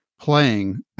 playing